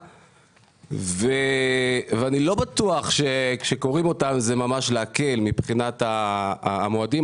ואני לא בטוח שזה ממש מקל מבחינת המועדים.